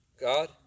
God